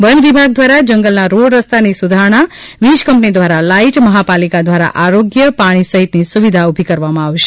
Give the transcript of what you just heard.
one વિભાગ દ્વારા જંગલના રોડ રસ્તા ની સુધારણા વીજ કંપની દ્વારા લાઈટ મહાપાલિકા દ્વારા આરોગ્ય પાણી સહિતની સુવિધા ઉભી કરવા માં આવશે